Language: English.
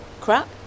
Crap